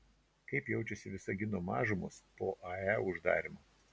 kaip jaučiasi visagino mažumos po ae uždarymo